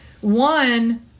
one